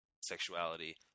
sexuality